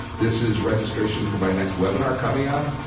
this is registration for my next webinar coming up.